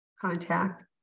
contact